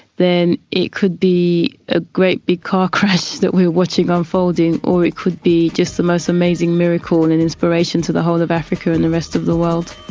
then it could be a great big car crash that we're watching unfolding, or it could be just the most amazing miracle and and inspiration to the whole of africa and the rest of the world.